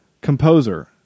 Composer